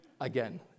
Again